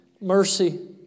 mercy